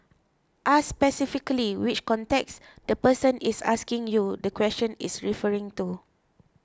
ask specifically which context the person is asking you the question is referring to